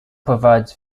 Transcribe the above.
provides